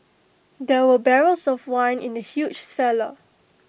there were barrels of wine in the huge cellar